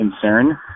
concern